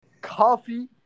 coffee